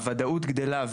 הוודאות גדלה,